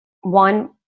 one